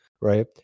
right